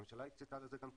הממשלה הקצתה לזה גם כסף.